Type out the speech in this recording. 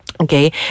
Okay